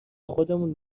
خودمون